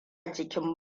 jikin